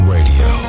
Radio